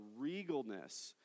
regalness